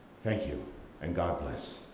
thank you and god bless.